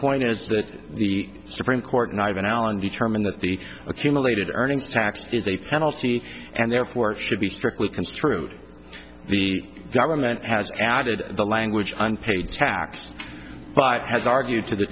point is that the supreme court not even alan determine that the accumulated earnings tax is a penalty and therefore should be strictly construed the government has added the language unpaid tax but has argued for the